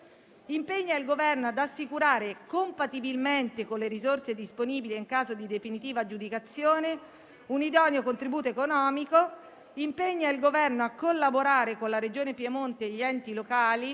invernali 2025; 2) ad assicurare, compatibilmente con le risorse disponibili e in caso di definitiva aggiudicazione, un idoneo contributo economico; 3) a collaborare con la Regione Piemonte e gli enti locali